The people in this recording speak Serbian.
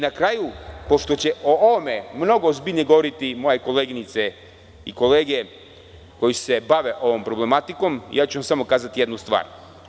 Na kraju, pošto će o ovome mnogo ozbiljnije govoriti moje koleginice i kolege koji se bave ovom problematikom, samo ću vam kazati jednu stvar.